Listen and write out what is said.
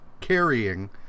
carrying